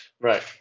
Right